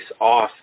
off